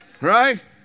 Right